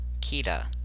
Kita